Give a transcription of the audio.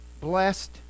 Blessed